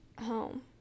home